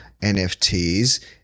NFTs